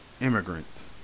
immigrants